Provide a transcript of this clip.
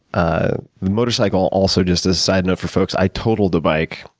ah motorcycle, also just a side note for folks, i totaled a bike,